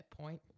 point